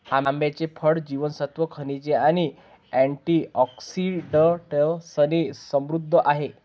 आंब्याचे फळ जीवनसत्त्वे, खनिजे आणि अँटिऑक्सिडंट्सने समृद्ध आहे